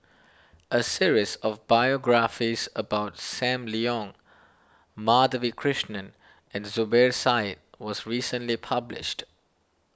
a series of biographies about Sam Leong Madhavi Krishnan and Zubir Said was recently published